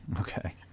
Okay